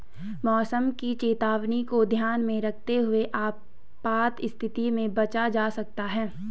मौसम की चेतावनी को ध्यान में रखते हुए आपात स्थिति से बचा जा सकता है